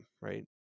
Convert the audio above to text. Right